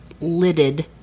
lidded